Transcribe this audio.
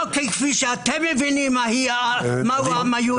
לא כפי שאתם מבינים מה העם היהודי,